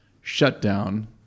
shutdown